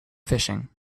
fishing